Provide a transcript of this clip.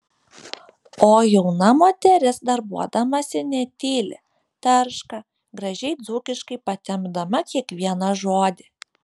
o jauna moteris darbuodamasi netyli tarška gražiai dzūkiškai patempdama kiekvieną žodį